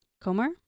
Comer